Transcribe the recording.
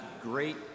great